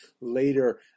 later